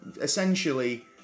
essentially